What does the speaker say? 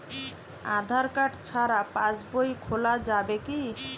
আধার card ছাড়া পাশবই খোলা যাবে কি?